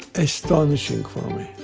astonishing for me.